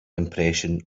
impression